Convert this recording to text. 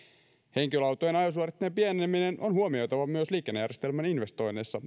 henkilöautojen ajosuoritteen pieneneminen on huomioitava myös liikennejärjestelmän investoinneissa